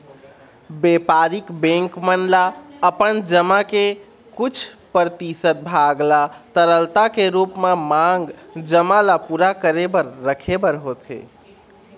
बेपारिक बेंक मन ल अपन जमा के कुछ परतिसत भाग ल तरलता के रुप म मांग जमा ल पुरा करे बर रखे बर होथे